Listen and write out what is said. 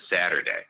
Saturday